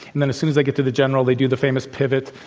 and then, as soon as they get to the general, they do the famous pivot.